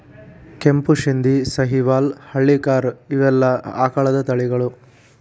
ಕೆಂಪು ಶಿಂದಿ, ಸಹಿವಾಲ್ ಹಳ್ಳಿಕಾರ ಇವೆಲ್ಲಾ ಆಕಳದ ತಳಿಗಳು